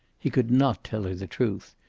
he could not tell her the truth.